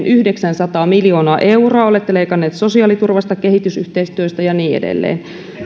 yhdeksänsataa miljoonaa euroa olette leikanneet sosiaaliturvasta kehitysyhteistyöstä ja niin edelleen